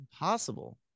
Impossible